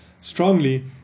strongly